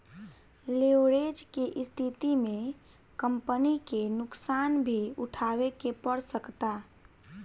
leverage के स्थिति में कंपनी के नुकसान भी उठावे के पड़ सकता